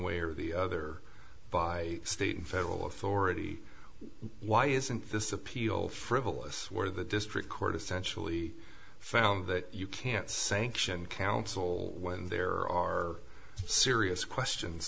way or the other by state and federal authority why isn't this appeal frivolous where the district court essentially found that you can't sanction counsel when there are serious questions